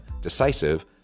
decisive